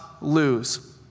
lose